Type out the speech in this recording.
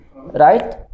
Right